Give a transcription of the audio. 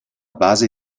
base